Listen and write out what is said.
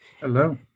Hello